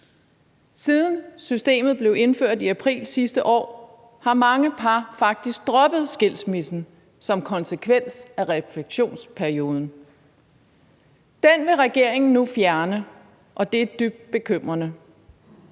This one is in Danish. Siden systemet blev indført i april sidste år, har mange par faktisk droppet skilsmissen som konsekvens af refleksionsperioden. Den vil regeringen nu fjerne, og det er dybt bekymrende.